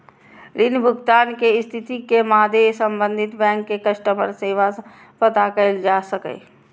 ऋण भुगतान के स्थिति के मादे संबंधित बैंक के कस्टमर सेवा सं पता कैल जा सकैए